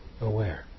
aware